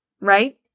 right